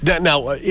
Now